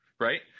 right